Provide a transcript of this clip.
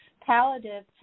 palliative